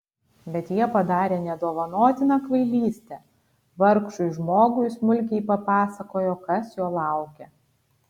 bet jie padarė nedovanotiną kvailystę vargšui žmogui smulkiai papasakojo kas jo laukia